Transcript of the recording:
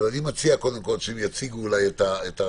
אני מציע שקודם כול אנשי המרכז לגישור יציגו את הרעיון,